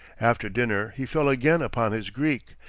after dinner he fell again upon his greek,